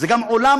זה גם עולם,